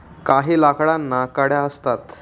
काही लाकडांना कड्या असतात